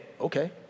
okay